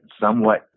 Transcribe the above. somewhat